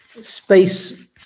Space